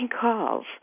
calls